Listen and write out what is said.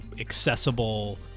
accessible